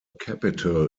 capital